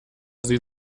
sie